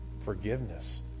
forgiveness